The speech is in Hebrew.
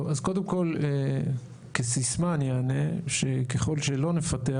טוב, אז קודם כל כסיסמה אני אענה שככל שלא נפתח,